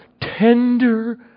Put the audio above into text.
Tender